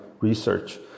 research